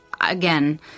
again